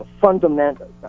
fundamental